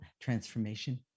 Transformation